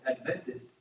Adventists